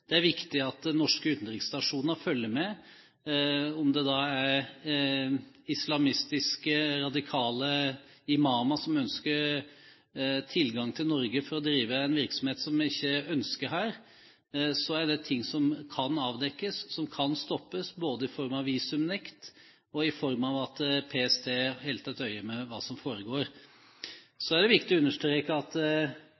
Det er viktig at norske utenriksstasjoner følger med. Om det er islamistiske radikale imamer som ønsker tilgang til Norge for å drive en virksomhet som vi ikke ønsker her, er det ting som kan avdekkes, som kan stoppes, både i form av visumnekt og i form av at PST holder et øye med hva som foregår.